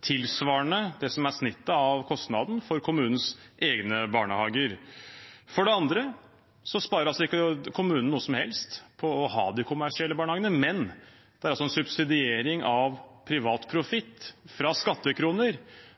tilsvarende det som er gjennomsnittet av kostnaden for kommunenes egne barnehager. For det andre sparer kommunen ikke noe som helst på å ha de kommersielle barnehagene, men det er en subsidiering av privat profitt fra skattekroner.